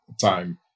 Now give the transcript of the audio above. time